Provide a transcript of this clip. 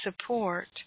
support